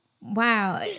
Wow